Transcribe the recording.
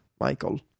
Michael